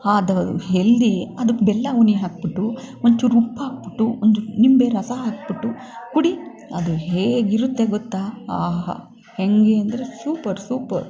ಅದು ಹೆಲ್ದಿ ಅದಕ್ಕೆ ಬೆಲ್ಲ ಉನಿ ಹಾಕ್ಬಿಟ್ಟು ಒಂಚೂರು ಉಪ್ಪು ಹಾಕ್ಬಿಟ್ಟು ಒಂದು ನಿಂಬೆ ರಸ ಹಾಕ್ಬಿಟ್ಟು ಕುಡಿ ಅದು ಹೇಗಿರುತ್ತೆ ಗೊತ್ತಾ ಆಹಾ ಹೇಗೆ ಅಂದರೆ ಸೂಪರ್ ಸೂಪರ್